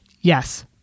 Yes